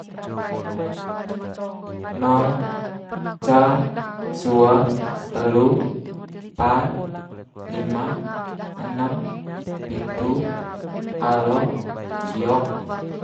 nol ca sua telu pat lima enem pitu ali ciok